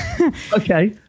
Okay